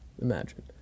imagine